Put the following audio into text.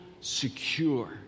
secure